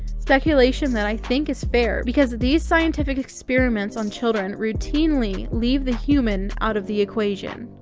speculation that i think is fair, because these scientific experiments on children routinely leave the human out of the equation.